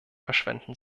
verschwenden